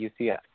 UCF